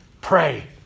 pray